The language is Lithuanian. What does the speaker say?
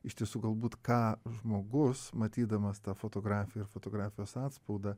iš tiesų galbūt ką žmogus matydamas tą fotografiją ir fotografijos atspaudą